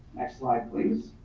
next slide, please.